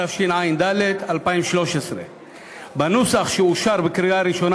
התשע"ד 2013. בנוסח שאושר בקריאה ראשונה